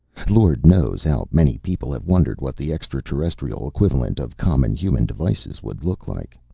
lord knows how many people have wondered what the extraterrestrial equivalents of common human devices would look like.